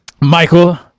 Michael